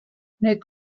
need